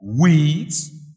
weeds